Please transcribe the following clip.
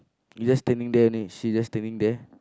she just standing there only she just standing there